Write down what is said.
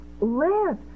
live